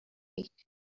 week